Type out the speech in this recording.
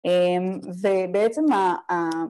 ובעצם...